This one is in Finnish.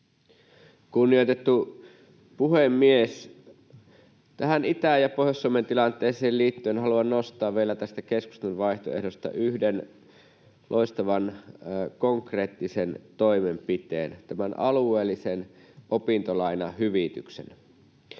Kunnioitettu puhemies! Tähän Itä- ja Pohjois-Suomen tilanteeseen liittyen haluan nostaa vielä tästä keskustan vaihtoehdosta yhden loistavan konkreettisen toimenpiteen, tämän alueellisen opintolainahyvityksen.